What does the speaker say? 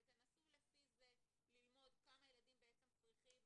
ותנסו לפי זה ללמוד כמה ילדים בעצם צריכים